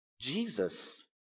Jesus